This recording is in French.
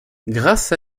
grâce